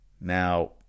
Now